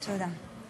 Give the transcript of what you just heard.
תודה.